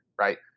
right